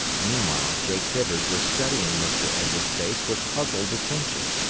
meanwhile, jake hibbard was studying mr. edwards's face with puzzled attention.